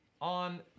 on